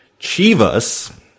Chivas